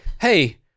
hey